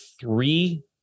three